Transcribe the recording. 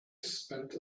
spent